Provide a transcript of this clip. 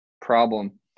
problem